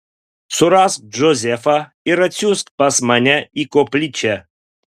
surask džozefą ir atsiųsk pas mane į koplyčią